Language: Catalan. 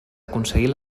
aconseguir